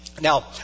Now